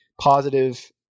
positive